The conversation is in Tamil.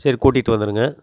சரி கூட்டிகிட்டு வந்துடுங்க